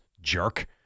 jerk